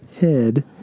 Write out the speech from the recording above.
head